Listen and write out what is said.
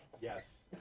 Yes